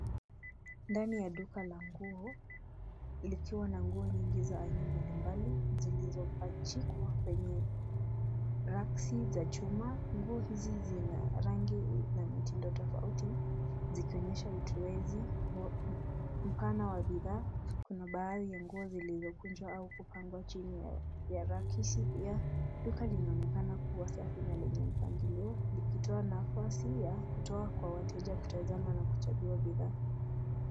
Ndani ya duka la nguo, likiwa na nguo nyingi za aina mbalimbali zilizopachikwa kwenye racks za chuma. Nguo hizi zina rangi na mitindo tofauti zikionyesha utowezi mpana wa bidhaa. Kuna baadhi ya nguo zilizokunjwa au kupangwa chini ya racks pia. Duka linaonekanakuwa sahihi na lenye mpangilio likitoa nafasi pia kutoa kwa wateja kutazama na kuchagua bidhaa